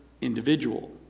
individual